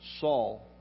Saul